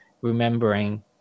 remembering